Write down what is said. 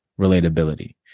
relatability